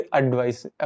advice